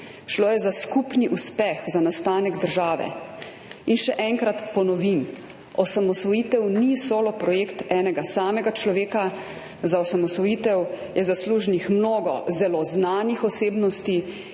Šlo je za skupni uspeh za nastanek države. In še enkrat ponovim, osamosvojitev ni solo projekt enega samega človeka, za osamosvojitev je zaslužnih mnogo zelo znanih osebnosti